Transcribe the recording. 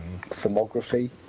thermography